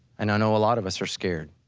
and i know a lot of us are scared.